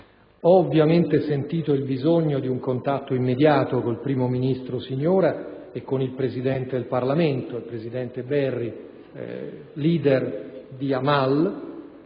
Ovviamente, ho sentito il bisogno di un contatto immediato con il primo ministro Siniora e con il presidente del Parlamento Berri, leader di Amal.